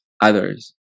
others